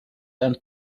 and